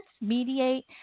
mediate